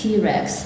T-rex